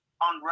on